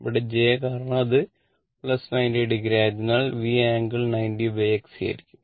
ഇവിടെ j കാരണം അത് 90o ആയതിനാൽ V∟90o XC ആയിരിക്കും